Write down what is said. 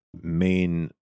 main